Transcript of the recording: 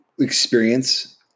experience